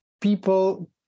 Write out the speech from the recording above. people